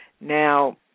Now